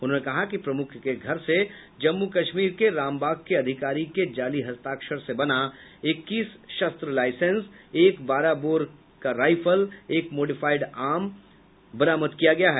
उन्होंने कहा कि प्रमुख के घर से जम्मू कश्मीर के रामबाग के अधिकारी की जाली हस्ताक्षर से बना इक्कीस शस्त्र लाइसेंस एक बारह बोर राइफल एक मोडीफाइड आर्म्स बरामद किया गया है